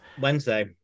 Wednesday